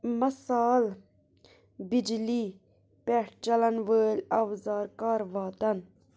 مصال بِجلی پٮ۪ٹھ چَلن وٲلۍ اَوزار کَر واتَن